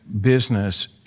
business